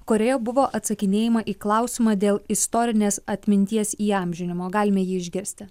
kurioje buvo atsakinėjama į klausimą dėl istorinės atminties įamžinimo galime jį išgirsti